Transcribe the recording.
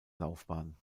laufbahn